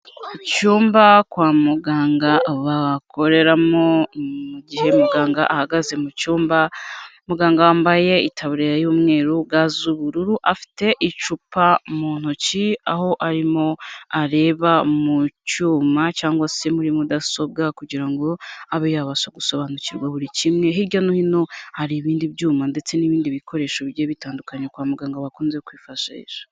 Icyumba kwa muganga bakoreramo mu gihe muganga ahagaze mu cyumba, muganga wambaye itaburiya y'umweru, ga z'ubururu, afite icupa mu ntoki aho arimo areba mu cyuma cyangwa se muri mudasobwa kugira ngo abe yabasha gusobanukirwa buri kimwe, hirya no hino hari ibindi byuma ndetse n'ibindi bikoresho bigiye bitandukanye kwa muganga bakunze kwifashisha.